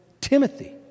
Timothy